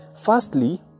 Firstly